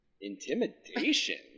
Intimidation